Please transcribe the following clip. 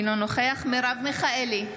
אינו נוכח מרב מיכאלי,